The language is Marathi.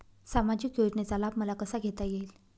सामाजिक योजनेचा लाभ मला कसा घेता येईल?